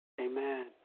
Amen